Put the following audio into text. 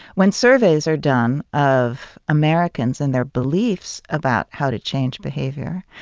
when surveys are done of americans and their beliefs about how to change behavior,